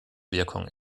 wirkung